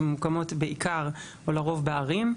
שמוצבות בעיקר או לרוב בערים.